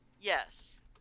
Yes